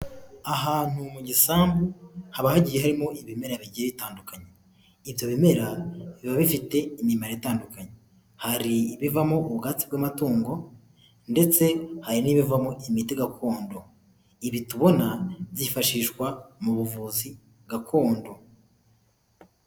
Ahantu mu gisambu haba hagiye harimo ibimera bigiye bitandukanye ibyo bimera biba bifite imimaro itandukanye hari ibivamo ubwatsi bw'amatungo ndetse hari n'ibivamo imiti gakondo ibi tubona byifashishwa mu buvuzi gakondo.